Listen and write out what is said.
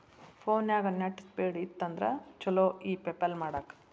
ಫೋನ್ಯಾಗ net speed ಇತ್ತಂದ್ರ ಚುಲೊ ಇ ಪೆಪಲ್ ಮಾಡಾಕ